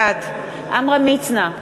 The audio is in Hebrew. בעד עמרם מצנע,